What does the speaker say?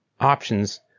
options